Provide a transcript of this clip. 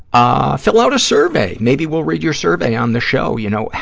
ah fill out a survey. maybe we'll read your survey on the show. you know,